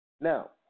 Now